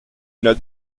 not